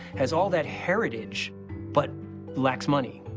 has all that heritage but lacks money.